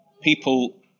people